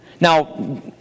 Now